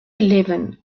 eleven